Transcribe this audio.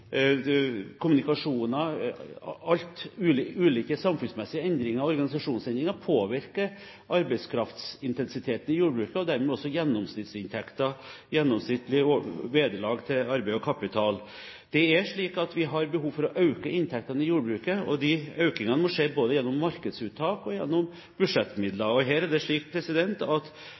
ulike samfunnsmessige og organisasjonsmessige endringer påvirker arbeidskraftsintensiteten i jordbruket og dermed også gjennomsnittsinntekten, gjennomsnittlig vederlag til arbeid og kapital. Det er slik at vi har behov for å øke inntektene i jordbruket, og de økningene må skje både gjennom markedsuttak og gjennom budsjettmidler. Her er det slik at